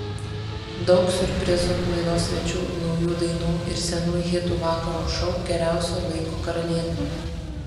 daug siurprizų laidos svečių naujų dainų ir senų hitų vakaro šou geriausio laiko karalienė